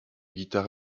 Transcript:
guitare